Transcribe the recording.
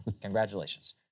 congratulations